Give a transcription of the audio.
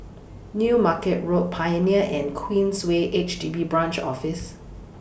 New Market Road Pioneer and Queensway H D B Branch Office